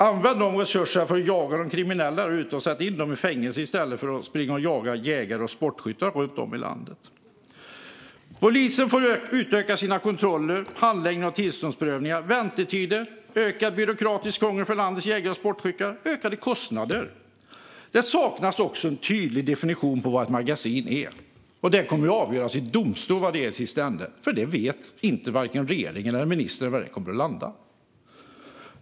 Använd de resurserna för att jaga de kriminella där ute, och sätt dem i fängelse i stället för att springa och jaga jägare och sportskyttar runt om i landet! Polisen får utöka sina kontroller, det blir handläggning av tillståndsprövningar, väntetider, ökat byråkratiskt krångel för landets jägare och sportskyttar och ökade kostnader. Det saknas också en tydlig definition av vad ett magasin är. I sista hand kommer det att avgöras i domstol, för varken regeringen eller ministern vet var det kommer att landa.